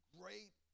great